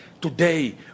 today